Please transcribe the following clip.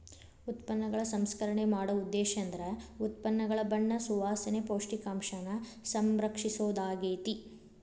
ಉತ್ಪನ್ನಗಳ ಸಂಸ್ಕರಣೆ ಮಾಡೊ ಉದ್ದೇಶೇಂದ್ರ ಉತ್ಪನ್ನಗಳ ಬಣ್ಣ ಸುವಾಸನೆ, ಪೌಷ್ಟಿಕಾಂಶನ ಸಂರಕ್ಷಿಸೊದಾಗ್ಯಾತಿ